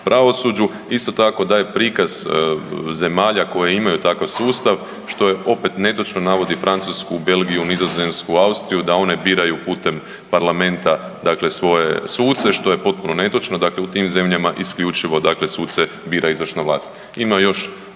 pravosuđu. Isto tako daje prikaz zemalja koje imaju takav sustav, što je opet netočno, navodi Francusku, Belgiju, Nizozemsku, Austriju da one biraju putem parlamenta dakle svoje suce, što je potpuno netočno, dakle u tim zemljama isključivo dakle suce bira izvršna vlast. Ima još